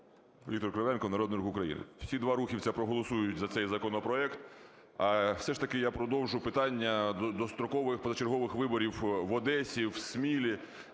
Віктор Кривенко, Народний Рух України. Всі два рухівця проголосують за цей законопроект. А все ж таки я продовжу питання дострокових позачергових виборів в Одесі, в Смілі,